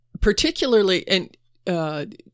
particularly—and